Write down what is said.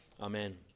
Amen